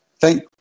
Thank